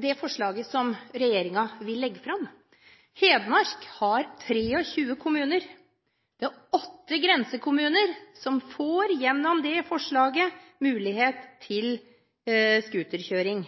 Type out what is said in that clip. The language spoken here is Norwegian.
med forslaget regjeringen vil legge fram. Hedmark har 23 kommuner. Det er åtte grensekommuner som gjennom forslaget får mulighet til scooterkjøring.